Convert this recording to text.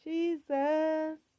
Jesus